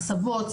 הסבות,